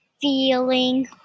feeling